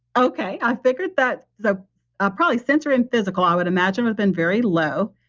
okay. i figured that so ah probably sensory and physical, i would imagine, would've been very low.